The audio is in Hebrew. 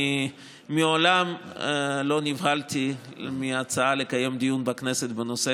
אני מעולם לא נבהלתי מהצעה לקיים דיון בכנסת בנושא